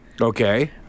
Okay